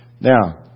Now